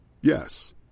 Yes